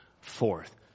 fourth